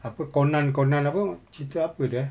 apa conan conan apa cerita apa [sial]